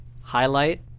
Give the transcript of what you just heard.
highlight